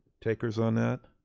takers on that?